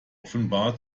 offenbar